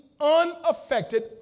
unaffected